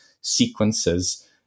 sequences